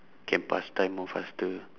can pass time more faster